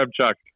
Chuck